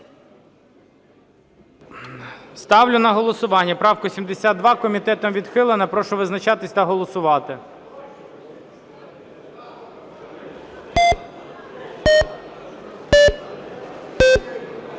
Ставлю на голосування 521 правку, комітетом вона відхилена. Прошу визначатися та голосувати.